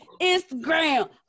Instagram